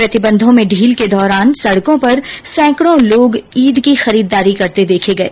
प्रतिबंधों में ढील के दौरान सड़कों पर सैकड़ों लोग ईद की खरीदारी करते देखें गए